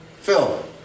Phil